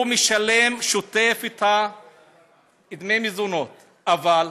הוא משלם דמי מזונות באופן שוטף.